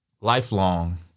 lifelong